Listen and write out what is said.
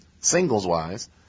singles-wise